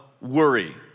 worry